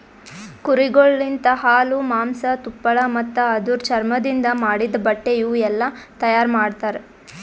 ಕುರಿಗೊಳ್ ಲಿಂತ ಹಾಲು, ಮಾಂಸ, ತುಪ್ಪಳ ಮತ್ತ ಅದುರ್ ಚರ್ಮದಿಂದ್ ಮಾಡಿದ್ದ ಬಟ್ಟೆ ಇವುಯೆಲ್ಲ ತೈಯಾರ್ ಮಾಡ್ತರ